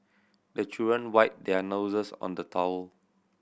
the children wipe their noses on the towel